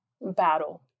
battle